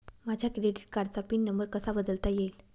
माझ्या क्रेडिट कार्डचा pin number कसा बदलता येईल?